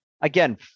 Again